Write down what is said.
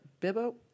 Bibo